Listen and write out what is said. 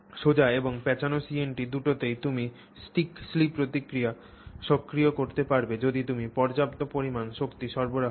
সোজা এবং প্যাঁচানো CNT দুটোতেই তুমি stick slip প্রক্রিয়া সক্রিয় করতে পারবে যদি তুমি পর্যাপ্ত পরিমাণ শক্তি সরবরাহ কর